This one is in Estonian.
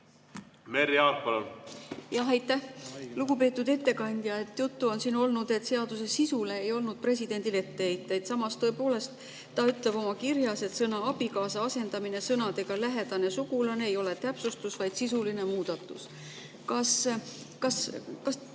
Merry Aart, palun! Jah, aitäh! Lugupeetud ettekandja! Siin on juttu olnud, et seaduse sisule ei olnud presidendil etteheiteid. Samas tõepoolest ta ütleb oma kirjas, et sõna "abikaasa" asendamine sõnadega "lähedane sugulane" ei ole täpsustus, vaid sisuline muudatus. Kas